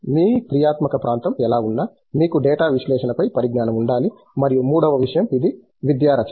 మీ క్రియాత్మక ప్రాంతం ఎలా ఉన్నా మీకు డేటా విశ్లేషణ పై పరిజ్ఞానం ఉండాలి మరియు మూడవ విషయం ఇది విద్యా రచన